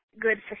good